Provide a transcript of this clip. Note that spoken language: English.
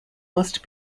must